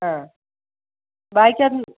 ആ വായിക്ക